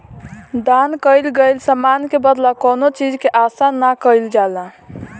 दान कईल गईल समान के बदला कौनो चीज के आसा ना कईल जाला